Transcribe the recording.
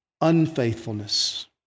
unfaithfulness